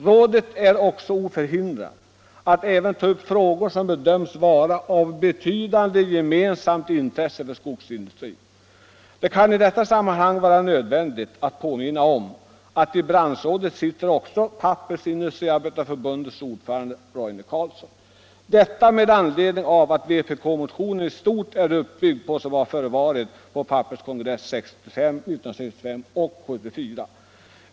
Rådet är också oförhindrat att ta upp frågor som bedöms vara av betydande gemensamt intresse för skogsindustrin. I branschrådet sitter också — det kan i detta sammanhang vara nödvändigt att påminna om det — Pappersindustriarbetareförbundets ordförande Roine Carlsson. Jag säger detta med anledning av att vpk-motionen i stort är uppbyggd på vad som förevarit på Pappersindustriarbetareförbundets kongresser 1965 och 1974.